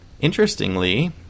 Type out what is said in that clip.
Interestingly